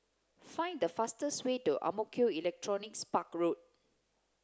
find the fastest way to Ang Mo Kio Electronics Park Road